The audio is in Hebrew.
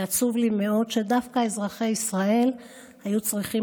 ועצוב לי מאוד שדווקא אזרחי ישראל היו צריכים